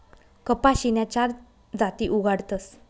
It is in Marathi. कपाशीन्या चार जाती उगाडतस